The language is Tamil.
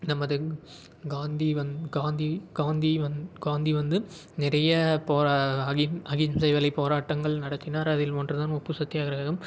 நமது காந்தி வந் காந்தி காந்தி வந் காந்தி வந்து நிறைய போர அஹிம் அஹிம்சை வழி போராட்டங்கள் நடத்தினார் அதில் ஒன்று தான் உப்பு சத்தியாகிரகம்